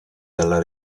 dalla